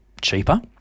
cheaper